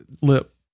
lip